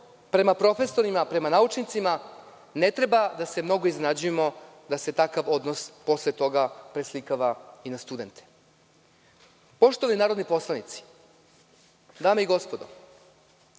prema profesorima, prema naučnicima, ne treba da se mnogo iznenađujemo da se takav odnos posle toga preslikava i na studente. Poštovani narodni poslanici, dame i gospodo,